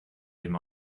dem